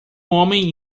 homem